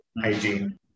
hygiene